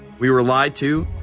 we were lied to,